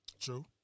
True